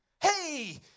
Hey